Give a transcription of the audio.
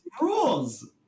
rules